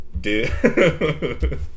Dude